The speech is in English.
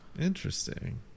Interesting